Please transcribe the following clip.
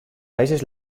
países